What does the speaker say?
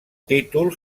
títol